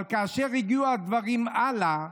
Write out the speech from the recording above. אבל כאשר הגיעו הדברים הלאה,